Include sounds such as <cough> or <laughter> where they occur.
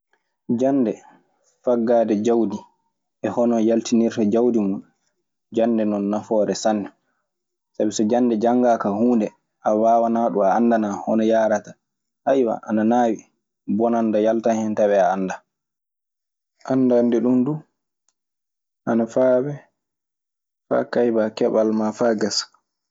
Jannde faggaade jawdi e hono yaltinirta jawdi mun. Jannde non nafoore sanne sabi so jannde janngaaka huunde a waawanaa ɗun. A anndanaa hono yaarata <hesitation> ana naawi bonande yalta hen tawaa annde. Anndande ɗun duu ana faabe faa kaybaa keɓal maa faa gasa.